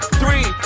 three